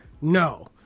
No